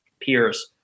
peers